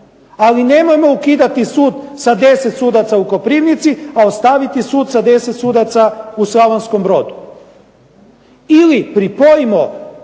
Ali nemojmo ukidati sud sa 10 sudaca u Koprivnici a ostaviti sud sa 10 sudaca u Slavonskom Brodu. Ili pripojimo